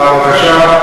אה, בבקשה.